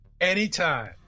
Anytime